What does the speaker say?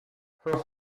her